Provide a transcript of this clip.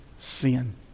sin